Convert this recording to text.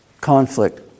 conflict